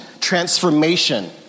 transformation